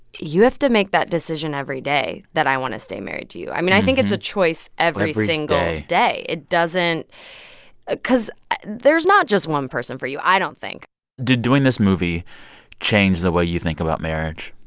you have to make that decision every day that i want to stay married to you. i mean, i think it's a choice every single day every day it doesn't because there's not just one person for you, i don't think did doing this movie change the way you think about marriage?